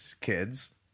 kids